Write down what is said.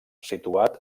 situat